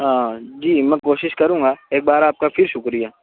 ہاں جی میں کوشش کروں گا ایک بار آپ کا پھر شکریہ